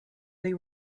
they